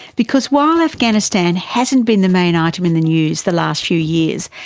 because while afghanistan hasn't been the main item in the news the last few years,